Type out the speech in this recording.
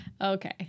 Okay